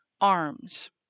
arms